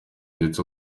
ndetse